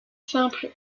simple